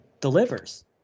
delivers